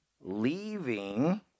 leaving